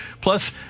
plus